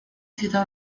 ciudad